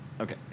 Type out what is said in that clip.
Okay